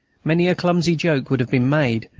many a clumsy joke would have been made,